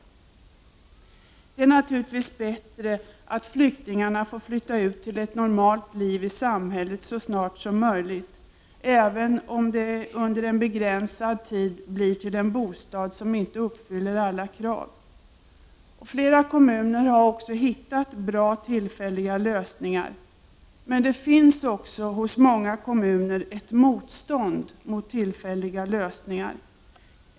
Det är naturligtvis bättre att flyktingarna får flytta ut till ett normalt liv i samhället så snart som möjligt även om det under en begränsad tid blir till en bostad som inte uppfyller alla krav. Flera kommuner har också hittat bra tillfälliga lösningar, men det finns också hos många kommuner ett motstånd mot tillfälliga lösningar.